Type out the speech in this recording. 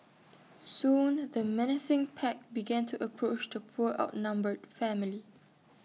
soon the menacing pack began to approach the poor outnumbered family